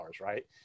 right